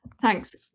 Thanks